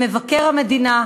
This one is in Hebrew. למבקר המדינה,